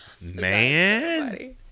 Man